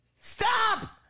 Stop